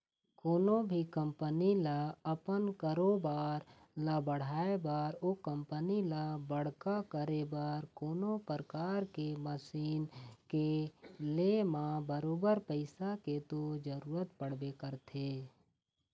कोनो भी कंपनी ल अपन कारोबार ल बढ़ाय बर ओ कंपनी ल बड़का करे बर कोनो परकार के मसीन के ले म बरोबर पइसा के तो जरुरत पड़बे करथे